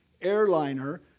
airliner